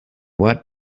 what